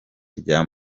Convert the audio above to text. rya